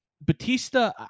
Batista